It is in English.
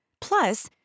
Plus